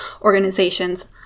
organizations